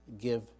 give